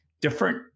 different